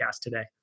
today